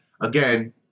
again